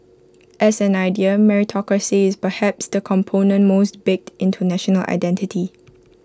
as an idea meritocracy is perhaps the component most baked into national identity